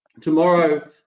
Tomorrow